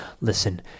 Listen